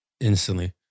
Instantly